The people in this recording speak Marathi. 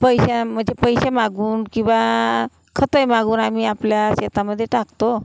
पैसा म्हणजे पैसे मागून किंवा खते मागून आम्ही आपल्या शेतामध्ये टाकतो